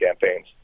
campaigns